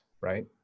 right